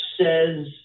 says